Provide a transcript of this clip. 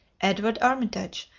edward armitage,